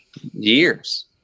years